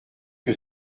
que